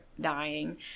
dying